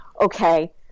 okay